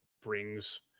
brings